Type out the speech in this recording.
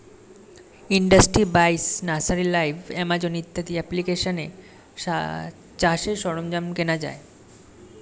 industry বাইশ, nursery live, Amazon ইত্যাদি অ্যাপ্লিকেশানে চাষের সরঞ্জাম কেনা যায়